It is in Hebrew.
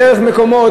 דרך מקומות,